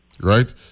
right